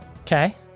Okay